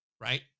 right